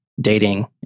dating